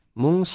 mung